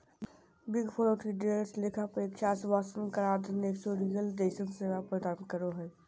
big four auditors लेखा परीक्षा आश्वाशन कराधान एक्चुरिअल जइसन सेवा प्रदान करो हय